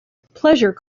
pleasure